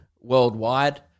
worldwide